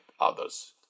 others